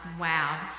wow